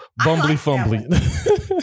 bumbly-fumbly